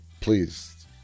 please